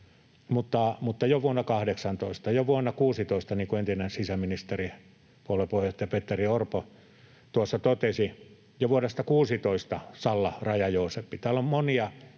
mutta jo vuonna 18, jo vuonna 16, niin kuin entinen sisäministeri, puolueen puheenjohtaja Petteri Orpo tuossa totesi, jo vuodesta 16 Salla, Raja-Jooseppi.